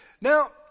Now